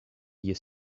you